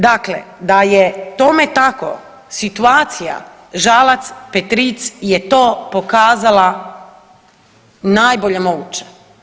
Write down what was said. Dakle, da je tome tako, situacija Žalac-Petric je to pokazala najbolje moguće.